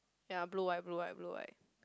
yea blue white blue white blue white